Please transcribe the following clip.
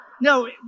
no